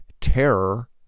terror